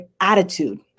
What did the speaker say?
attitude